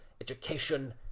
education